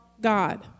God